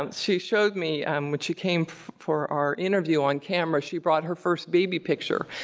um she showed me, um when she came for our interview on camera, she brought her first baby picture.